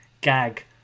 gag